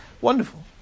Wonderful